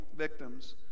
victims